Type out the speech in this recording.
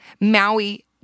Maui